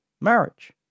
marriage